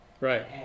Right